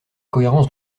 cohérence